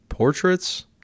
Portraits